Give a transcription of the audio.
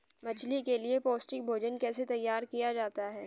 मछली के लिए पौष्टिक भोजन कैसे तैयार किया जाता है?